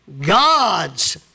God's